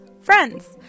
friends